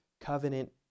covenant